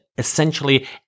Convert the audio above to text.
Essentially